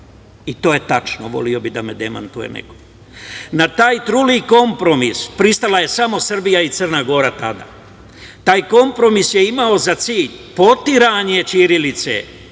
i to je tačno, voleo bih da me demantuje neko. Na taj truli kompromis pristala je samo Srbija i Crna Gora tada. Taj kompromis je imao za cilj potiranje ćirilice.